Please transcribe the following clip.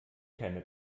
keine